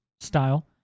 style